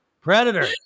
predator